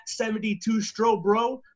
72StroBro